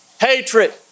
hatred